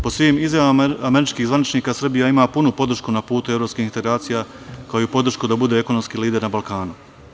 Po svim izjavama američkih zvaničnika, Srbija ima punu podršku na putu evropskih integracija, kao i podršku da bude ekonomski lider na Balkanu.